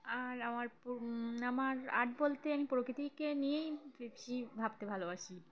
আর আমার আমার আর্ট বলতে আমি প্রকৃতিকে নিয়েই বেশি ভাবতে ভালোবাসি